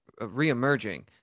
reemerging